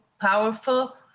powerful